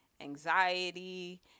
anxiety